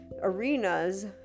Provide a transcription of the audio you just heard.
arenas